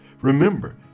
Remember